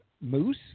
Moose